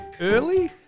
early